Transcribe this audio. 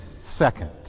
second